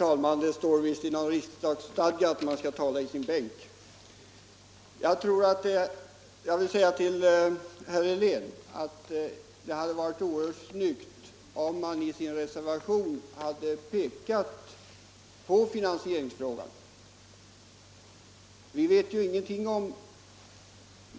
Herr talman! Jag vill säga till herr Helén att det hade varit snyggt om man i folkpartireservationen hade angivit något sätt att lösa finansieringsfrågan. Vi vet ju ingenting om